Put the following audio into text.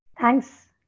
Thanks